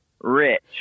rich